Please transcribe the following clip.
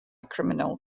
criminal